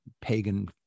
pagan